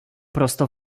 prosto